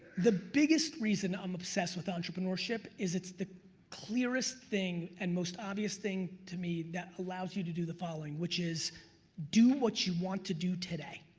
the biggest reason i'm obsessed with entrepreneurship is it's the clearest thing and most obvious thing to me that allows you to do the following, which is do what you want to do today,